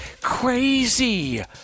crazy